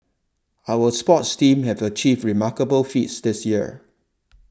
our sports teams have achieved remarkable feats this year